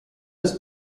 ist